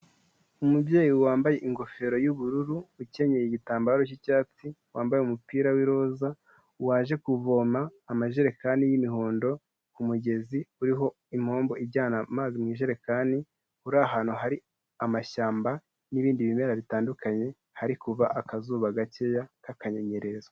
Umubyeyi wambaye ingofero y'ubururu, ukenyeye igitambaro cy'icyatsi, wambaye umupira w'iroza, waje kuvoma amajerekani y'imihondo ku mugezi uriho impombo ijyana amazi mu ijerekani, uri ahantu hari amashyamba n'ibindi bimera bitandukanye, hari kuva akazuba gakeya k'akanyenyerezo.